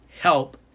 help